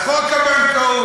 אז חוק הבנקאות.